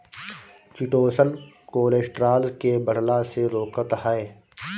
chitosan cholesterol के बढ़ला से रोकत हअ